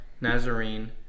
Nazarene